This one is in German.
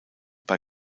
bei